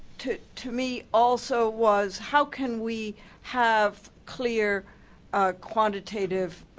to to me also was, how can we have clear quantitative